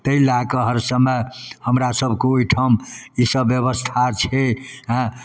ताहि लऽ कऽ हर समय हमरा सभके ओहिठाम ईसब बेबस्था छै हेँ